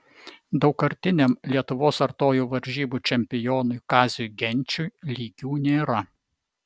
daugkartiniam lietuvos artojų varžybų čempionui kaziui genčiui lygių nėra